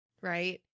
right